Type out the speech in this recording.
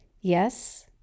Yes